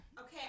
Okay